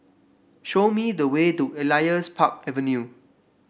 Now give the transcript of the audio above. show me the way to Elias Park Avenue